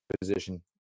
position